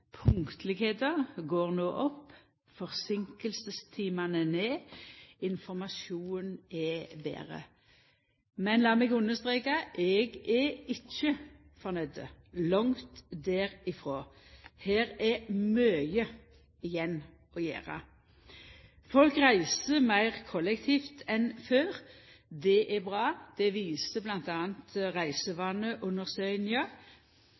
forseinkingstimane går ned, og informasjonen er betre. Men lat meg understreka, eg er ikkje fornøgd – langt derifrå. Her er det mykje igjen å gjera. Folk reiser meir kollektivt enn før – det er bra – det viser